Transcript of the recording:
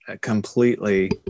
completely